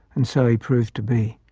and so he proved to be.